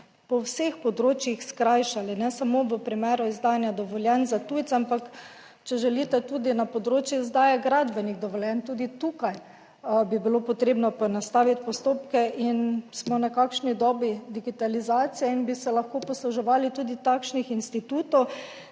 po vseh področjih skrajšali ne samo v primeru izdajanja dovoljenj za tujce, ampak, če želite, tudi na področju izdaje gradbenih dovoljenj, tudi tukaj bi bilo potrebno poenostaviti postopke. In smo v nekakšni dobi digitalizacije in bi se lahko posluževali tudi takšnih institutov,